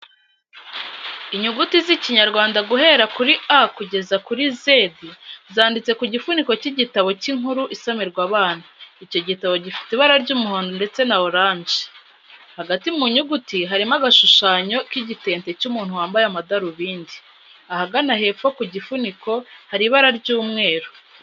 Inyuguti z'ikinyarwanda guhera kuri A kugeza kuri Z zanditse ku gifuniko cy'igitabo cy'inkuru isomerwa abana. Icyo gitabo gifite ibara ry'umuhondo ndetse na oranje. Hagati mu nyuguti harimo agashushanyo k'igitente cy'umuntu wambaye amadarubindi. Ahagana hepfo ku gifuniko hari ibara ry'umweru.